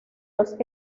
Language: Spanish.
los